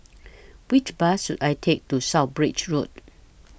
Which Bus should I Take to South Bridge Road